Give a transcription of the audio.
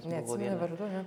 neatsimeni vardų ne